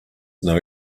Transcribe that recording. know